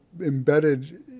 embedded